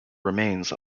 remains